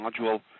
module